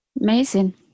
Amazing